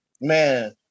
man